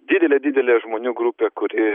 didelė didelė žmonių grupė kuri